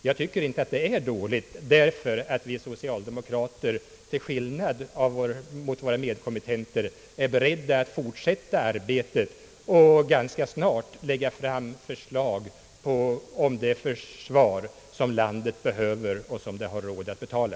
Jag tycker inte att det är dåligt, därför att vi socialdemokrater till skillnad från våra medkommittenter är beredda att fortsätta arbetet och ganska snart lägga fram förslag om det försvar som landet behöver och som det har råd att betala.